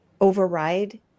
override